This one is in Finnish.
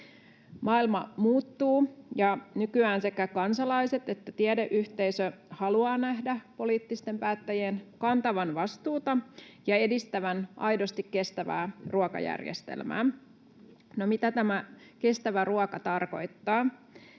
Maailma muuttuu, ja nykyään sekä kansalaiset että tiedeyhteisö haluavat nähdä poliittisten päättäjien kantavan vastuuta ja edistävän aidosti kestävää ruokajärjestelmää. No, mitä tämä kestävä ruoka tarkoittaa?